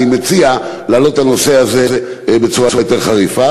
אני מציע להעלות את הנושא הזה בצורה יותר חריפה.